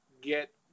get